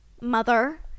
mother